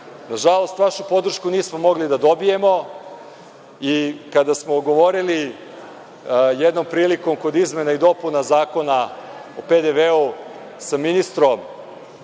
Srbiji. Nažalost, vašu podršku nismo mogli da dobijemo i kada smo govorili jednom prilikom kod izmena i dopuna Zakona o PDV sa ministrom